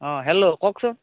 অ' hello কওকচোন